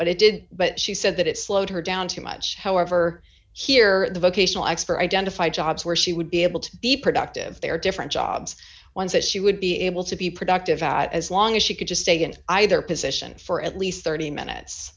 but it did but she said that it slowed her down too much however here the vocational expert identify jobs where she would be able to be productive there are different jobs ones that she would be able to be productive at as long as she could just stay and either position for at least thirty minutes